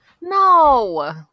No